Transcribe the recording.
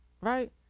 Right